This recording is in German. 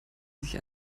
sich